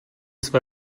své